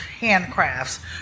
handcrafts